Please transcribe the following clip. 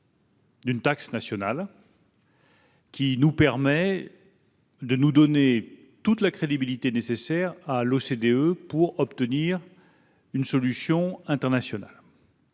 d'une taxe nationale, afin de nous donner toute la crédibilité nécessaire à l'OCDE pour obtenir une solution internationale.